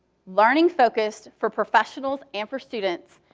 learning focused for professionals and for students.